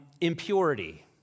Impurity